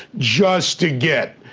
just to get,